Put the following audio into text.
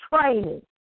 training